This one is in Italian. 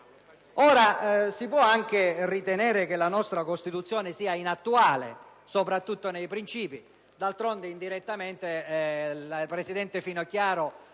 Si può anche ritenere che la nostra Costituzione sia inattuale, soprattutto nei princìpi generali. D'altronde, indirettamente la presidente Finocchiaro